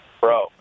bro